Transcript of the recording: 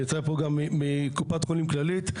נמצא פה גם מקופת חולים כללית,